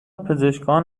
پزشکان